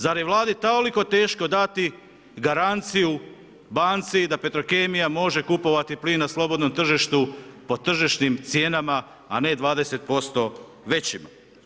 Zar je Vladi toliko teško dati garanciju banci da Petrokemija može kupovati plin na slobodnom tržištu po tržišnim cijenama, a ne 20% većim?